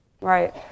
Right